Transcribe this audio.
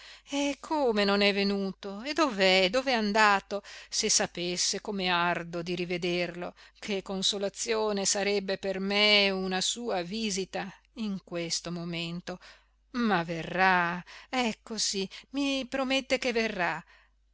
e come non è venuto dov'è dov'è andato se sapesse come ardo di rivederlo che consolazione sarebbe per me una sua visita in questo momento ma verrà ecco sì mi promette che verrà